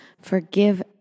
forgive